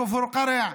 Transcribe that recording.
מכפר קרע,